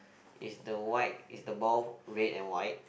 is the white is the ball red and white